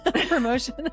promotion